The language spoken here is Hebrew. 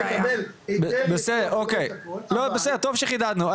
לא, בסדר זה טו שחידדנו.